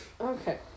Okay